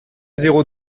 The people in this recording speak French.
zéro